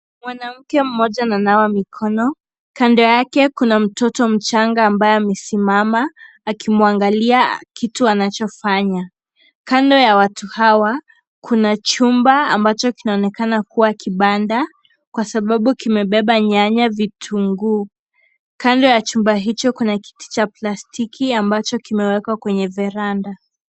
Mwanamke mmoja ananawa mkono ,Kando yake kuna mtoto mchanga ambaye amesimama akimwangalia kitu anachofanya, Kando ya watu hawa kunanjunba ambacho kinaonekana kuwa kibanda Kwa sababu kimebena nyanya, vitunguu . Kando ya jumba hiho kuna kiti ha plastiki ambacho kimewekwa kwenye veranda.